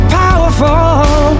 powerful